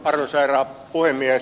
arvoisa herra puhemies